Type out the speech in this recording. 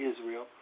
Israel